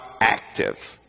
active